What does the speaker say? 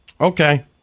Okay